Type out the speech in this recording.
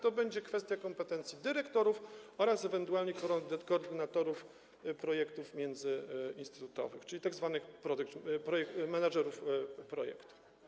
To będzie kwestia kompetencji dyrektorów oraz ewentualnie koordynatorów projektów międzyinstytutowych, czyli tzw. menedżerów projektu.